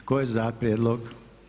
Tko je za prijedlog?